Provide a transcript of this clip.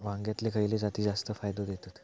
वांग्यातले खयले जाती जास्त फायदो देतत?